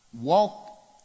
walk